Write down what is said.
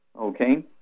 okay